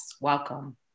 Welcome